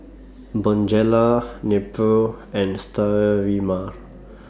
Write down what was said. Bonjela Nepro and Sterimar